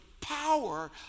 power